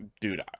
dude